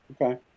Okay